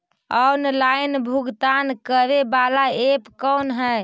Online भुगतान करे बाला ऐप कौन है?